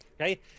Okay